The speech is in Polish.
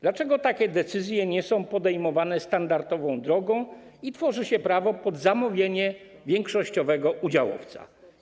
Dlaczego takie decyzje nie są podejmowane standardową drogą i tworzy się prawo pod zamówienie większościowego udziałowca?